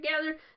together